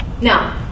Now